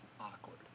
awkward